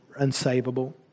unsavable